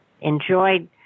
enjoyed